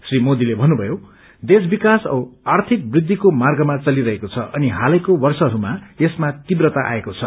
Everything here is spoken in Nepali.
श्री मोदीले भन्नुभएको छ देश विकास औ आर्थिक वृखिको मार्गमा चलिरहेको छ अनि हालैको वर्षहरूमा यसमा तीव्रता आएको छ